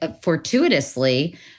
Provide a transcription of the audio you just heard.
fortuitously